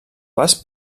pas